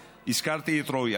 הזכרתי את רועי,